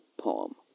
poem